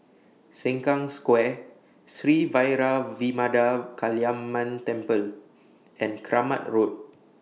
Sengkang Square Sri Vairavimada Kaliamman Temple and Kramat Road